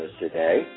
today